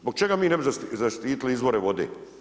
Zbog čega mi ne bi zaštitili izvore vode?